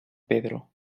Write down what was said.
pedro